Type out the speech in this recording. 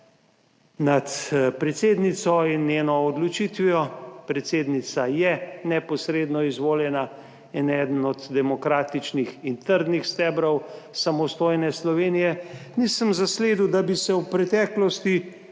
nad predsednico in njeno odločitvijo, predsednica je neposredno izvoljena in eden od demokratičnih in trdnih stebrov samostojne Slovenije, nisem zasledil, da bi se v preteklosti